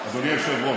הוא לא מפסיק לשקר.